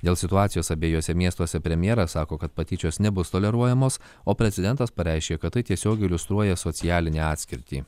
dėl situacijos abiejuose miestuose premjeras sako kad patyčios nebus toleruojamos o prezidentas pareiškė kad tai tiesiogiai iliustruoja socialinę atskirtį